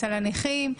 אצל הנכים,